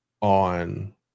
on